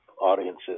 audiences